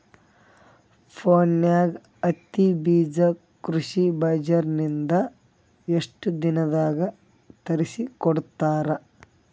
ಫೋನ್ಯಾಗ ಹತ್ತಿ ಬೀಜಾ ಕೃಷಿ ಬಜಾರ ನಿಂದ ಎಷ್ಟ ದಿನದಾಗ ತರಸಿಕೋಡತಾರ?